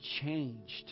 changed